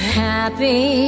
happy